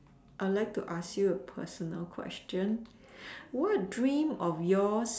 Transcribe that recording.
I like to ask you a personal question what dream of yours